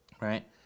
right